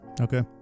Okay